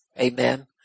Amen